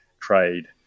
trade